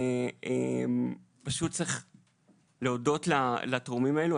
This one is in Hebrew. פשוט צריך להודות לתורמים האלה.